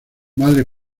madre